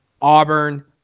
Auburn